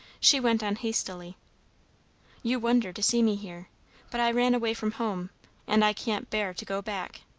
she went on hastily you wonder to see me here but i ran away from home and i can't bear to go back.